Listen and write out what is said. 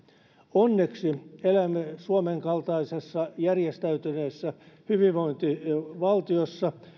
onneksi elämme suomen kaltaisessa järjestäytyneessä hyvinvointivaltiossa